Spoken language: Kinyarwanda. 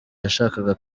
yashakaga